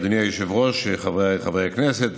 אדוני היושב-ראש, חבריי חברי הכנסת